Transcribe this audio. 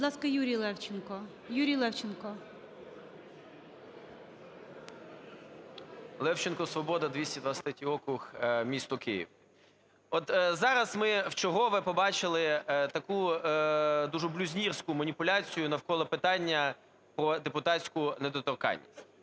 Будь ласка, Юрій Левченко. Юрій Левченко. 16:46:09 ЛЕВЧЕНКО Ю.В. Левченко, "Свобода", 223-й округ, місто Київ. От зараз ми вчергове побачили таку дуже блюзнірську маніпуляцію навколо питання про депутатську недоторканність.